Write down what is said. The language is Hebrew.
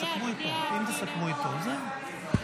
לסעיף 52 בדבר תוספת תקציב לא נתקבלו.